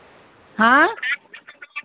हाँ